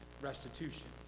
restitution